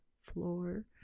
floor